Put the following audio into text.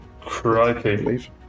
Crikey